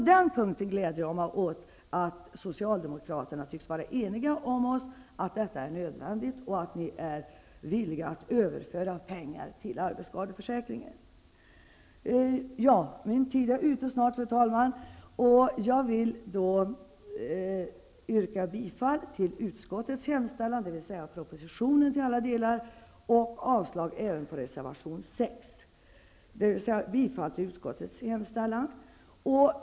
Jag gläder mig åt att Socialdemokraterna tycks vara eniga med oss och villiga att föra över pengar till arbetsskadeförsäkringen. Fru talman! Min tid är snart slut. Jag yrkar då bifall till utskottets hemställan, dvs. till propositionens alla delar, och avslag på reservation 6.